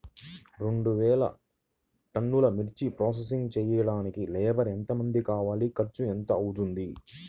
రెండు వేలు టన్నుల మిర్చి ప్రోసెసింగ్ చేయడానికి లేబర్ ఎంతమంది కావాలి, ఖర్చు ఎంత అవుతుంది?